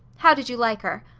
how did you like her?